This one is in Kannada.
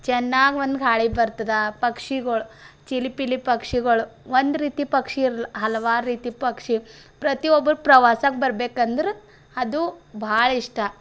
ಚೆನ್ನಾಗಿ ಒಂದು ಗಾಳಿ ಬರ್ತದ ಪಕ್ಷಿಗಳು ಚಿಲಿಪಿಲಿ ಪಕ್ಷಿಗಳು ಒಂದು ರೀತಿ ಪಕ್ಷಿ ಇರಲ್ಲ ಹಲವಾರು ರೀತಿ ಪಕ್ಷಿ ಪ್ರತಿಯೊಬ್ರ ಪ್ರವಾಸಕ್ಕೆ ಬರ್ಬೇಕಂದ್ರೆ ಅದು ಭಾಳ ಇಷ್ಟ